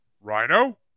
Rhino